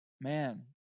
man